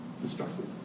destructive